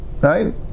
Right